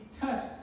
touch